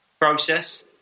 process